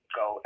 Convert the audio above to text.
go